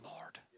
Lord